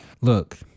Look